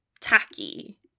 tacky